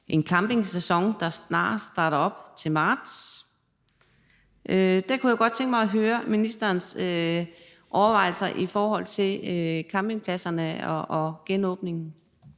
en campingsæson, der snarest starter op, til marts, og der kunne jeg godt tænke mig høre ministerens overvejelser i forhold til campingpladserne og genåbningen.